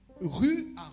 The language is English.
rue